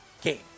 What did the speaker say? game